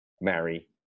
marry